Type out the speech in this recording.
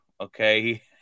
okay